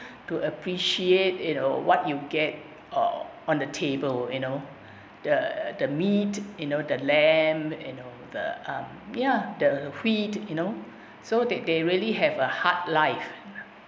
to appreciate you know what you get oh on the table you know the the meat you know the lamb you know the um ya the wheat you know so that they really have a hard life